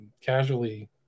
casually